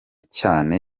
cyane